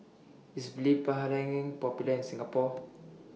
IS Popular in Singapore